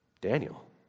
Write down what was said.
Daniel